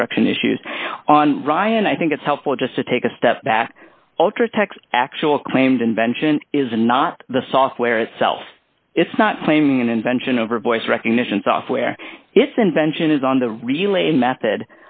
construction issues on ryan i think it's helpful just to take a step back ultratech actual claimed invention is not the software itself it's not claiming an invention over voice recognition software it's invention is on the relay method